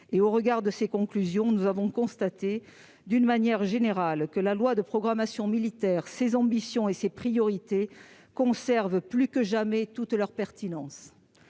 Au regard de ces conclusions, nous avons constaté que, d'une manière générale, la loi de programmation militaire, ses ambitions et ses priorités conservent plus que jamais toute leur pertinence.